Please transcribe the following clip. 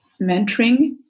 mentoring